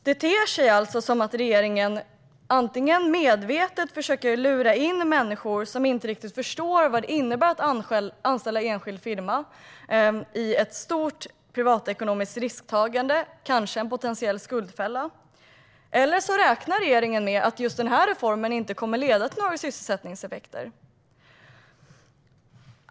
Det ter sig alltså som att regeringen antingen medvetet försöker lura människor som inte riktigt förstår vad det innebär att anställa i enskild firma in i ett stort privatekonomiskt risktagande, kanske en potentiell skuldfälla, eller också räknar med att just denna reform inte kommer att leda till några sysselsättningseffekter.